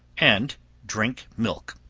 and drink milk.